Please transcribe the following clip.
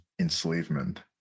enslavement